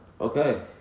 Okay